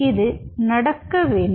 இது நடக்க வேண்டும்